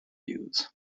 views